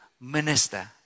minister